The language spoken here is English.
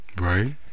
Right